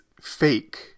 fake